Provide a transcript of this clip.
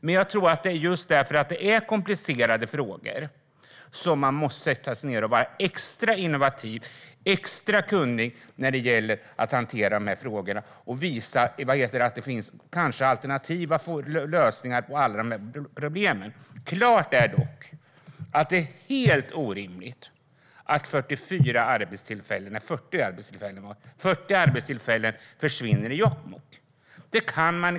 Det är just därför att det är komplicerade frågor som man måste sätta sig ned och vara extra innovativ och extra kunnig när det gäller att hantera de frågorna. Det gäller att visa att det kanske finns alternativa lösningar på problemen. Klart är dock att det är helt orimligt att 40 arbetstillfällen försvinner i Jokkmokk.